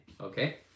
Okay